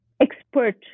expert